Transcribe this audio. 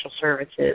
services